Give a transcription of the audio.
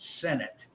senate